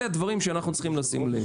אלה הדברים שאנחנו צריכים לשים לב.